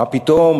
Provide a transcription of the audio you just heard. מה פתאום?